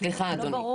סליחה אדוני.